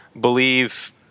believe